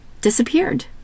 disappeared